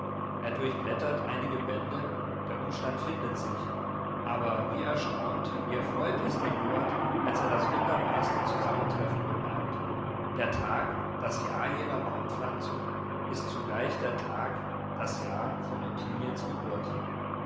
er durchblättert einige bände der umstand findet sich aber wie erstaunt wie erfreut ist eduard als er das wunderbarste zusammentreffen bemerkt der tag das jahr jener baumpflanzung ist zugleich der tag das jahr von ottiliens geburt